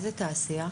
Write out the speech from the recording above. איזו תעשייה?